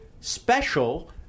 special